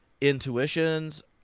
intuitions